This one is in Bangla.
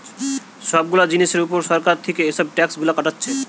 সব গুলা জিনিসের উপর সরকার থিকে এসব ট্যাক্স গুলা কাটছে